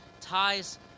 ties